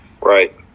Right